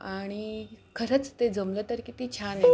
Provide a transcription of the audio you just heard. आणि खरंच ते जमलं तर किती छान आहे ना